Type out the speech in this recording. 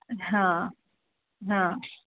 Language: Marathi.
हां हां